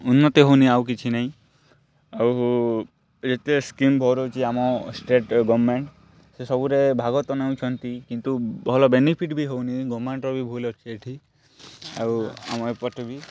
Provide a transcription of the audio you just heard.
ଉନ୍ନତି ହେଉ ନାଇଁ ଆଉ କିଛି ନାଇଁ ଆଉ ଏତେ ସ୍କିମ କରୁଛି ଆମ ଷ୍ଟେଟ ଗରମେଣ୍ଟ୍ ସେ ସବୁରେ ପୁରା ଭାଗ ତ ନେଉଛନ୍ତି କିନ୍ତୁ ଭଲ ବେନିଫିଟ ଭି ହେଉନି ଗରମେଣ୍ଟ୍ର ଭି ଭୁଲ ଅଛି ଏଠି ଆଉ ଆମର ଏପଟରେ ବି